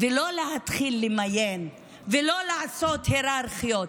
לא להתחיל למיין ולא לעשות היררכיות.